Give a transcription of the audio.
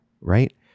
right